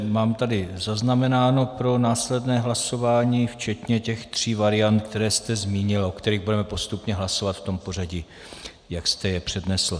Mám tady zaznamenáno pro následné hlasování včetně těch tří variant, které jste zmínil a o kterých budeme postupně hlasovat v tom pořadí, jak jste je přednesl.